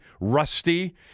rusty